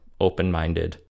open-minded